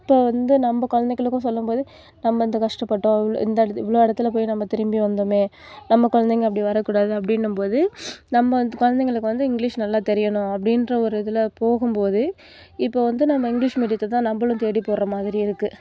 இப்போ வந்து நம்ம குழந்தைங்களுக்குன்னு சொல்லும் போது நம்ம இந்த கஷ்டப்பட்டோம் இந்த இடத்துல இவ்வளோ இடத்துல போய் நம்ம திரும்பி வந்தோமே நம்ம குழந்தைங்க அப்படி வரக்கூடாது அப்படினும்போது நம்ம வந்து குழந்தைங்களுக்கு வந்து இங்கிலிஷ் நல்லா தெரியணும் அப்படின்ற ஒரு இதில் போகும் போது இப்போ வந்து நம்ம இங்கிலிஷ் மீடியத்ததான் நம்பளும் தேடி போகிற மாதிரி இருக்குது